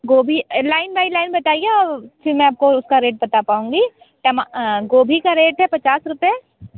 गोभी line by line बताइए और फिर मैं आप को उसका रेट बता पाऊँगी गोभी का रेट है पचास रुपये